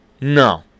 No